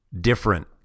different